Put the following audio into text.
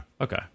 Okay